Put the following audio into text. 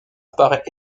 apparaît